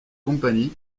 company